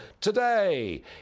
today